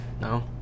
No